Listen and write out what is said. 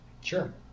Sure